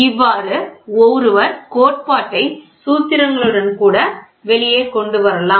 இவ்வாறு ஒருவர் கோட்பாட்டை சூத்திரங்களுடன் கூட வெளியே கொண்டு வரலாம்